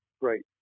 great